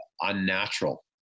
unnatural